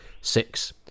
six